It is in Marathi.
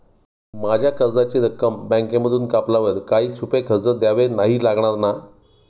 माझ्या कर्जाची रक्कम बँकेमधून कापल्यावर काही छुपे खर्च द्यावे नाही लागणार ना?